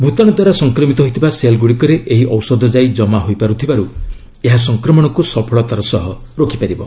ଭୂତାଣୁ ଦ୍ୱାରା ସଂକ୍ରମିତ ହୋଇଥିବା ସେଲ୍ ଗୁଡ଼ିକରେ ଏହି ଔଷଧ ଯାଇ କମା ହୋଇପାରୁଥିବାରୁ ଏହା ସଂକ୍ରମଣକୁ ସଫଳତାର ସହ ରୋକି ପାରିବ